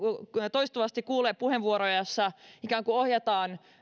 toistuvasti kuulee puheenvuoroja joissa ikään kuin ohjataan